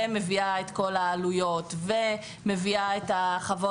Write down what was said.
מביאה את כל העלויות ומביאה את חוות